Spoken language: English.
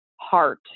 heart